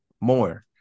more